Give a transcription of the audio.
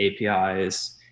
APIs